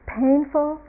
painful